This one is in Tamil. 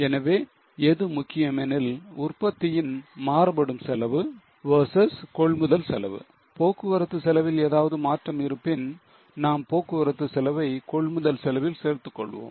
எனவே எது முக்கியம் எனில் உற்பத்தியின் மாறுபடும் செலவு versus கொள்முதல் செலவு போக்குவரத்து செலவில் ஏதாவது மாற்றம் இருப்பின் நாம் போக்குவரத்து செலவை கொள்முதல் செலவில் சேர்த்துக் கொள்வோம்